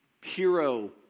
hero